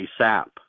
ASAP